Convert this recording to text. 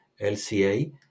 LCA